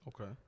Okay